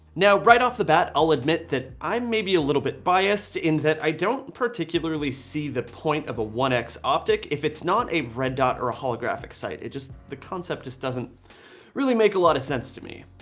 now, right off the bat, i'll admit that i maybe a little bit biased in that i don't particularly see the point of a one x optic if it's not a red dot or a holographic sight. it just, the concept just doesn't really make a lot of sense to me.